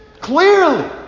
Clearly